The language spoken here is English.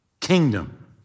kingdom